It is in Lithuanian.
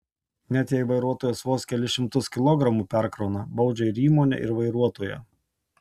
net jei vairuotojas vos kelis šimtus kilogramų perkrauna baudžia ir įmonę ir vairuotoją